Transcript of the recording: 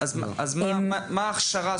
אז מהי ההכשרה?